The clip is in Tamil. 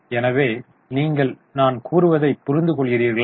எனவே நீங்கள் நான் கூறுவதை புரிந்துகொள்கிறீர்களா